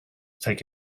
take